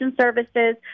services